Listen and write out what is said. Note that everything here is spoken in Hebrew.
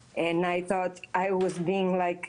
ואני לא הצלחתי לקבל תשובות מהסוכנות היהודית